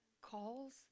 calls